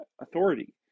authority